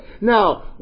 Now